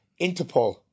Interpol